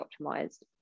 optimized